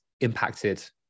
impacted